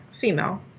female